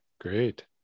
great